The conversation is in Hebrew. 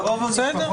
טוב, בסדר.